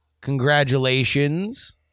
Congratulations